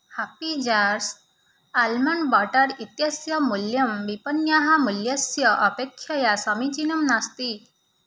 happy Jars almond butter इत्यस्य मूल्यं विपनण्याः मूल्यस्य अपेक्षया समीचीनं नास्ति